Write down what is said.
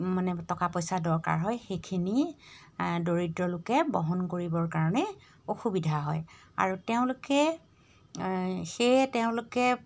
মানে টকা পইচা দৰকাৰ হয় সেইখিনি দৰিদ্ৰ লোকে বহন কৰিবৰ কাৰণে অসুবিধা হয় আৰু তেওঁলোকে সেয়ে তেওঁলোকে